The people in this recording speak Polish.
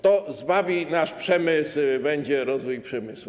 To zbawi nasz przemysł, będzie rozwój przemysłu.